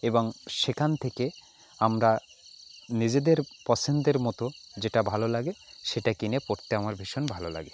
এবং সেখান থেকে আমরা নিজেদের পছন্দের মতো যেটা ভালো লাগে সেটা কিনে পড়তে আমার ভীষণ ভালো লাগে